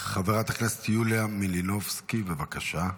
חברת הכנסת יוליה מלינובסקי, בבקשה.